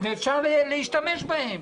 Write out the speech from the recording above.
ואפשר להשתמש בהם,